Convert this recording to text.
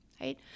Right